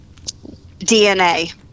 DNA